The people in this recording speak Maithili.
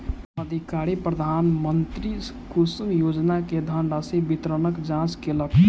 अधिकारी प्रधानमंत्री कुसुम योजना के धनराशि वितरणक जांच केलक